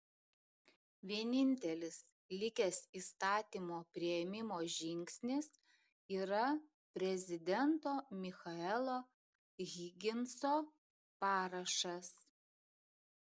vienintelis likęs įstatymo priėmimo žingsnis yra prezidento michaelo higginso parašas